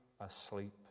asleep